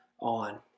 on